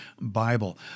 Bible